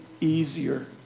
easier